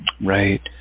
Right